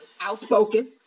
outspoken